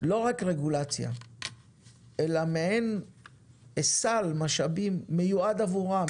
לא רק רגולציה אלא מעין סל משאבים מיועד עבורם,